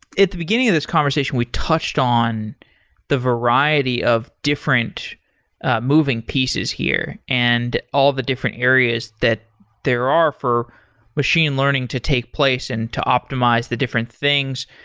the beginning of this conversation, we touched on the variety of different moving pieces here and all the different areas that there are for machine learning to take place and to optimize the different things.